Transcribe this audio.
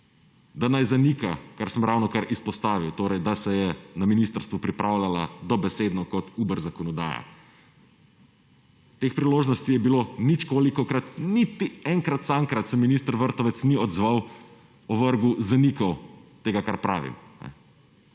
da naj zanika kar sem ravnokar izpostavil, torej, da se je na ministrstvu pripravljala dobesedno kot Uber zakonodaja. Teh priložnosti je bilo ničkolikokrat, niti enkrat samkrat se minister Vrtovec ni odzval, ovrgel, zanikal tega kar pravim.